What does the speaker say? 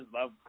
love